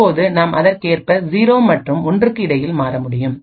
இப்போது நாம் அதற்கேற்ப 0 மற்றும் 1 க்கு இடையில் மாற முடியும்